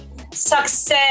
success